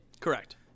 correct